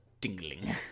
tingling